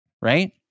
right